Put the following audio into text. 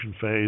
phase